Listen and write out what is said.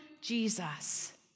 Jesus